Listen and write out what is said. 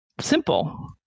simple